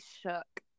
shook